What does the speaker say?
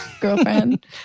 girlfriend